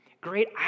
Great